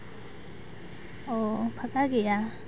ᱚ ᱯᱷᱟᱸᱠᱟ ᱜᱮᱭᱟ